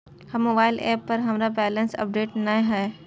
हमर mobile app पर हमरा बैलेंस अपडेट नय हय